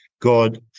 God